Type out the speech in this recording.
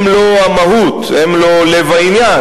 הם לא המהות, הם לא לב העניין.